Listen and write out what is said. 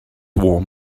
warm